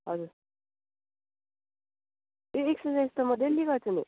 हजुर ए एक्सर्साइज त म डेली गर्छु नि